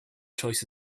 choice